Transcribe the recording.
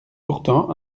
pourtant